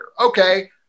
Okay